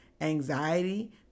anxiety